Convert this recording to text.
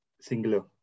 Singular